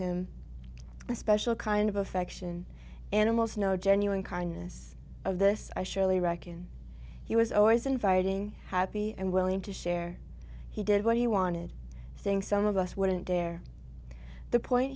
a special kind of affection animals no genuine kindness of this i surely reckon he was always inviting happy and willing to share he did what he wanted saying some of us wouldn't dare the point